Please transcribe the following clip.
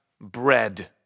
bread